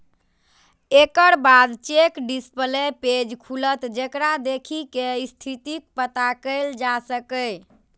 एकर बाद check display page खुलत, जेकरा देखि कें स्थितिक पता कैल जा सकैए